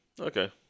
Okay